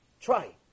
Try